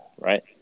right